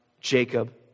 Jacob